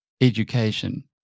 education